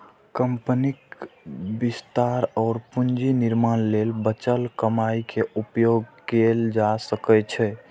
कंपनीक विस्तार और पूंजी निर्माण लेल बचल कमाइ के उपयोग कैल जा सकै छै